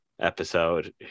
episode